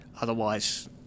otherwise